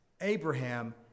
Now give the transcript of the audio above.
Abraham